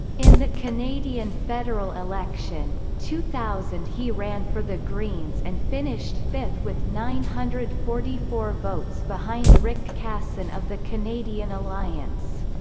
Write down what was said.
in the canadian federal election, two thousand he ran for the greens and finished fifth with nine hundred and forty four votes behind rick casson of the canadian alliance.